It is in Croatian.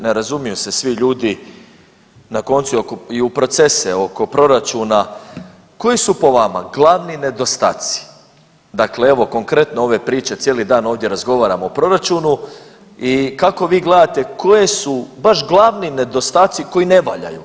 Ne razumiju se svi ljudi na koncu i u procese oko proračuna, koji su po vama glavni nedostatci, dakle evo konkretno ove priče cijeli dan ovdje razgovaramo o proračunu i kako vi gledate koje su baš glavni nedostatci koji ne valjaju.